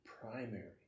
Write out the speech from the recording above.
primary